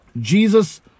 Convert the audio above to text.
Jesus